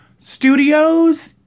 studios